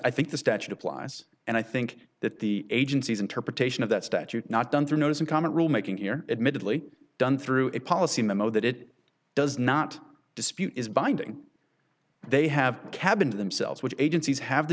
i think the statute applies and i think that the agency's interpretation of that statute not done through notice and comment rule making here admittedly done through a policy memo that it does not dispute is binding they have cabin to themselves which agencies have the